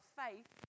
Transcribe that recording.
faith